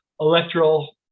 electoral